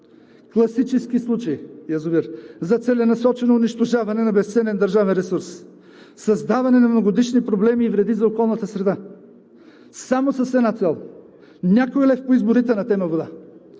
класически случай! Язовир за целенасочено унищожаване на безценен държавен ресурс, създаване на многогодишни проблеми и вреди за околната среда, само с една цел – някой лев по изборите на тема „вода“.